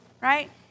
right